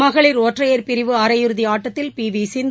மகளிர் ஒற்றையர் பிரிவு அரையிறுதி ஆட்டத்தில் பி வி சிந்து